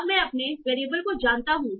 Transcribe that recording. अब मैं अपने वेरिएबल को जानता हूं